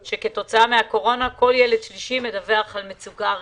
שכתוצאה מהקורונה כל ילד שלישי מדווח על מצוקה רגשית.